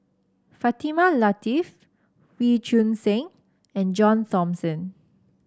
Fatimah Lateef Wee Choon Seng and John Thomson